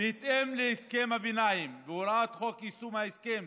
בהתאם להסכם הביניים בהוראת חוק יישום ההסכם